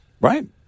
Right